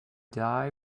die